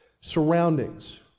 surroundings